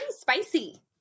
spicy